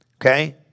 Okay